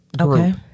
okay